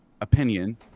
opinion